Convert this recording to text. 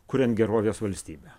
kuriant gerovės valstybę